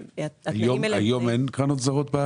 היום אין קרנות זרות?